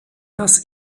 das